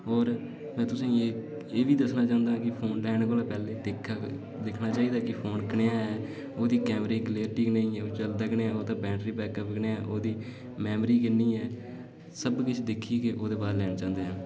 में तुसेंगी एह् बी दस्सना चाहन्नां कि फोन लैने कोला पैह्लें दिक्खना चाहिदा कि फोन कनेहा ऐ ओह्दे कैमरे दी कलेरटी कनेही ऐ चला दा कनेहा बैटरी बैकअप कनेहा ऐ ओह्दी मैमरी किन्नी ऐ सब किश दिक्खियै ओह्दे बा'द लेना चाह्दे आं